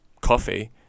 coffee